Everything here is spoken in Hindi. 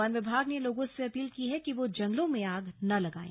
वन विभाग ने लोगों से अपील की है कि वह जंगलों में आग न लगाएं